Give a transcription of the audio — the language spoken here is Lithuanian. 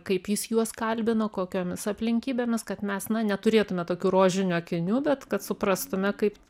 kaip jis juos kalbino kokiomis aplinkybėmis kad mes neturėtume tokių rožinių akinių bet kad suprastume kaip